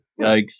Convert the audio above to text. Yikes